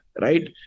right